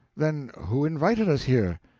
then who invited us here?